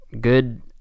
good